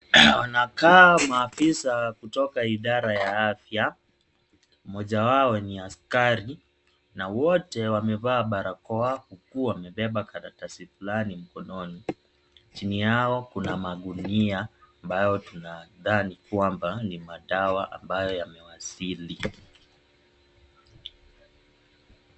Wanakaa maafisa kutoka idara ya afya, moja wao ni askari na wote wamevaa barakoa huku wamebeba karatasi fulani mkononi, chini yao kuna magunia, ambayo tunadhani kwamba ni madawa ambayo yamewasili.